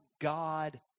God